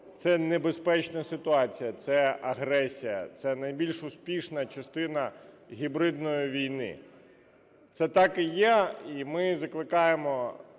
це небезпечна ситуація. Це агресія. Це найбільш успішна частина гібридної війни. Це так і є. І ми закликаємо